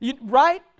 right